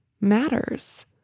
matters